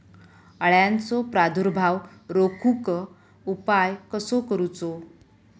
अळ्यांचो प्रादुर्भाव रोखुक उपाय कसो करूचो?